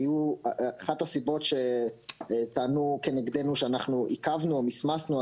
אחת הסיבות שטענו כנגדנו שאנחנו עיכבנו או מסמסנו,